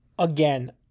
Again